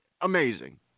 amazing